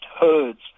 herds